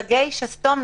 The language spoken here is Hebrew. הפלסטרים.